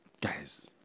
guys